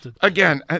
Again